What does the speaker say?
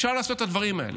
אפשר לעשות את הדברים האלה.